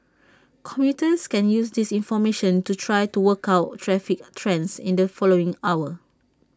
commuters can use this information to try to work out traffic trends in the following hour